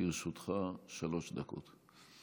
לרשותך שלוש דקות.